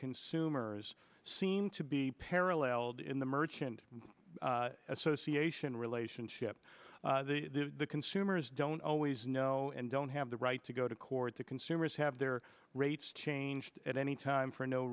consumers seem to be paralleled in the merchant association relationship consumers don't always know and don't have the right to go to court to consumers have their rates changed at any time for no